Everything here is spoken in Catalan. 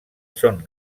són